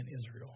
Israel